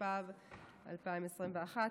התשפ"ב 2021,